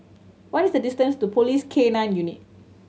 what is the distance to Police K Nine Unit